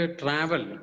travel